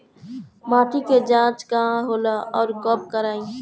माटी क जांच कहाँ होला अउर कब कराई?